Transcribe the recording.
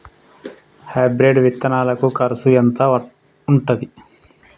Hybrid విత్తనాలకి కరుసు ఎంత ఉంటది?